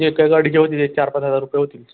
जे काय गाडीचे होतील ते चार पाच हजार रुपये होतील